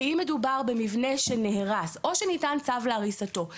אם מדובר במבנה שנהרס או שניתן צו להריסתו,